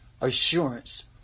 assurance